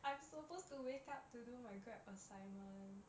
I'm supposed to wake up to do my grab assignment